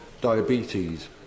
diabetes